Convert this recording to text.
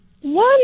One